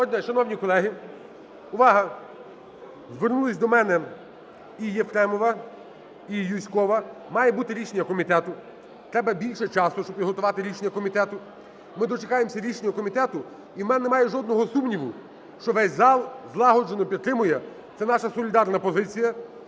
шановні колеги, увага! Звернулися до мене і Єфремова, і Юзькова, має бути рішення комітету, треба більше часу, щоби підготувати рішення комітету. Ми дочекаємося рішення комітету, і в мене немає жодного сумніву, що весь зал злагоджено підтримає. Це наша солідарна позиція,